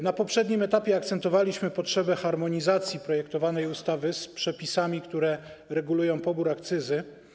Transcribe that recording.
Na poprzednim etapie akcentowaliśmy potrzebę harmonizacji projektowanej ustawy z przepisami, które regulują pobór akcyzy.